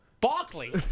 Barkley